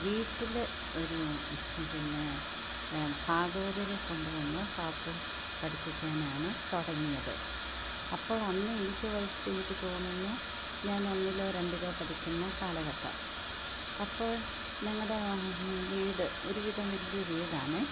വീട്ടില് ഒരു പിന്നെ ഭാഗവതരെ കൊണ്ടുവന്ന് പാട്ട് പഠിപ്പിക്കാനാണ് തുടങ്ങിയത് അപ്പോൾ അന്നെനിക്ക് വയസ്സ് എനിക്ക് തോന്നുന്നു ഞാനൊന്നിലോ രണ്ടിലോ പഠിക്കുന്ന കാലഘട്ടം അപ്പോൾ ഞങ്ങളുടെ വീട് ഒരുവിധം വലിയ വീടാണേ